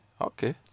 Okay